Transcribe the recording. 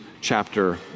chapter